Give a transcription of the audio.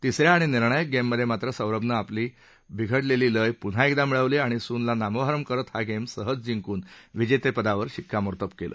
तिसऱ्या आणि निर्णायक गेम मध्ये मात्र सौरभनं आपली बिघडलेली लय प्न्हा एकदा मिळवली आणि स्नला नामोहरम करत हा गेम सहज जिंकून विजेतेपदावर शिक्कामोर्तब केलं